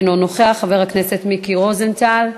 אינו נוכח, חבר הכנסת מיקי רוזנטל.